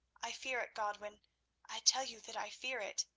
i fear it, godwin i tell you that i fear it.